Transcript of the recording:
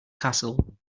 castle